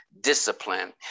discipline